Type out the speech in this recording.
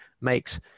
makes